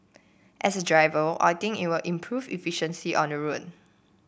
as a driver I think it will improve efficiency on the road